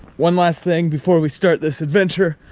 one last thing, before we start this adventure,